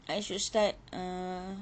I should start uh